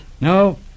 No